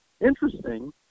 interesting